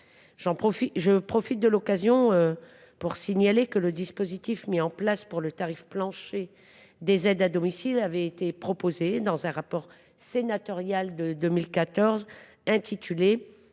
Je signale au passage que le dispositif mis en place pour le tarif plancher des aides à domicile avait été proposé dans un rapport sénatorial de 2014 intitulé